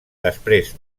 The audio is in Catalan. després